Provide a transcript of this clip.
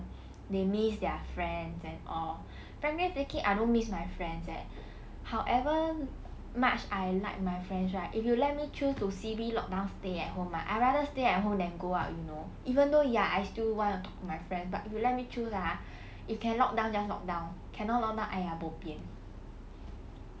they miss their friends and all frankly speaking I don't miss my friends eh however much I like my friends right if you let me choose to C_B lockdown stay at home ah I rather stay at home than go out you know even though ya I still want to talk to my friends but if you let me choose ah you can lockdown just lockdown cannot lockdown !aiya! bo pian